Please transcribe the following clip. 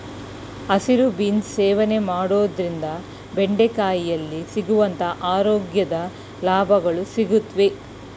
ಹಸಿರು ಬೀನ್ಸ್ ಸೇವನೆ ಮಾಡೋದ್ರಿಂದ ಬೆಂಡೆಕಾಯಿಯಲ್ಲಿ ಸಿಗುವಂತ ಆರೋಗ್ಯದ ಲಾಭಗಳು ಸಿಗುತ್ವೆ